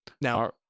now